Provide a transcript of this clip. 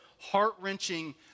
heart-wrenching